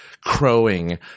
crowing